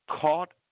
caught